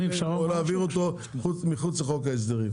או להעביר אותו מחוץ לחוק ההסדרים.